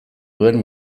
duen